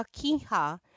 akiha